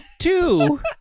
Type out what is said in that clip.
Two